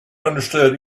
understood